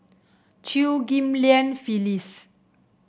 Chew Ghim Lian Phyllis